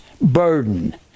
burden